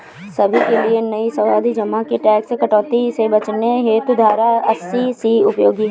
सभी के लिए नई सावधि जमा में टैक्स कटौती से बचने हेतु धारा अस्सी सी उपयोगी है